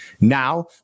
Now